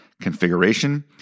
configuration